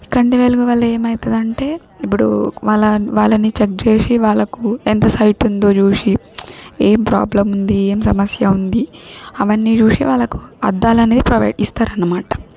ఈ కంటి వెలుగు వల్ల ఏమైతుంది అంటే ఇప్పుడు వాళ్ళ వాళ్ళని చెక్ చేసి వాళ్ళకు ఎంత సైటుందో చూసి ఏం ప్రాబ్లం ఉంది ఏం సమస్య ఉంది అవన్నీ చూసి వాళ్ళకు అద్దాలనేది ప్రోవైడ్ ఇస్తారు అనమాట